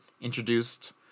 introduced